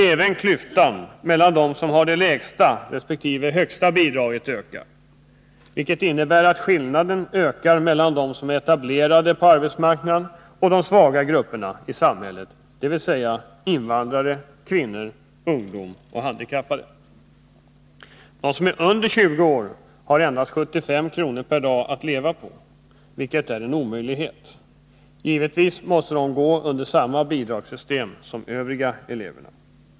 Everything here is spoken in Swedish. Även klyftan mellan dem som har det lägsta respektive högsta bidraget ökar, vilket innebär att skillnaden ökar mellan dem som är etablerade på arbetsmarknaden och de svaga grupperna i De som är under 20 år har endast 75 kr. per dag att leva på, vilket är en omöjlighet. Givetvis måste de gå under samma bidragssystem som de övriga eleverna.